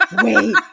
wait